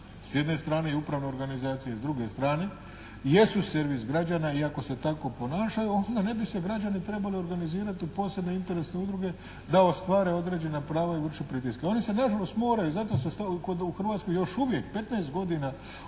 s jedne strane i upravne organizacije s druge strane jesu servis građana i ako se tako ponašaju, onda ne bi se građani trebalo organizirati u posebne interesne udruge da ostvare određena prava i vrše pritiske. Oni se nažalost moraju i zato se u Hrvatskoj još uvije, 15 godine